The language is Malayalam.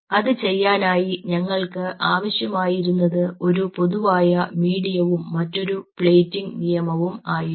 അത് ചെയ്യാനായി ഞങ്ങൾക്ക് ആവശ്യം ആയിരുന്നത് ഒരു പൊതുവായ മീഡിയവും മറ്റൊരു പ്ലേറ്റിംഗ് നിയമവും ആയിരുന്നു